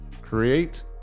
Create